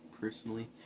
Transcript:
personally